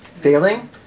Failing